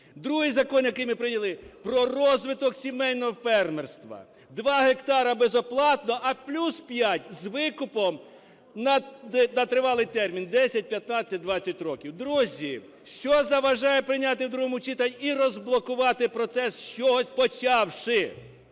Другий закон, який ми прийняли, про розвиток сімейного фермерства. Два гектара безоплатно, а плюс 5 з викупом на тривалий термін: 10, 15, 20 років. Друзі, що заважає прийняти в другому читанні і розблокувати процес, з чогось почавши,